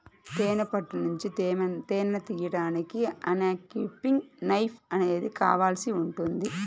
తేనె పట్టు నుంచి తేనెను తీయడానికి అన్క్యాపింగ్ నైఫ్ అనేది కావాల్సి ఉంటుంది